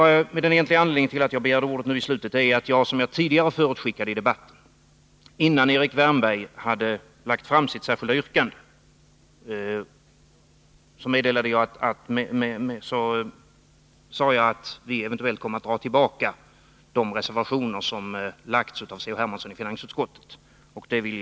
Den egentliga anledningen till att jag begärde ordet nu i slutet av debatten var att jag, innan Erik Wärnberg lade fram sitt särskilda yrkande, förutskickade att vi eventuellt skulle komma att dra tillbaka C.-H. Hermanssons reservationer vid finansutskottets betänkande.